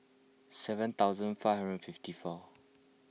seven thousand five hundred fifty four